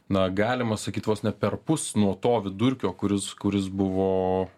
na galima sakyt vos ne perpus nuo to vidurkio kuris kuris buvo